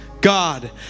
God